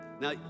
Now